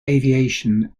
aviation